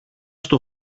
στο